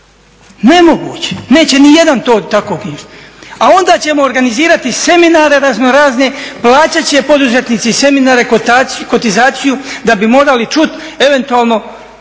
Nemoguće, neće ni jedan to tako knjižiti. A onda ćemo organizirati seminare raznorazne, plaćat će poduzetnici seminare, kotizaciju da bi morali čuti eventualno,